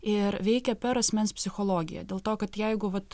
ir veikia per asmens psichologiją dėl to kad jeigu vat